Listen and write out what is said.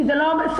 כי זה לא בסמכותי,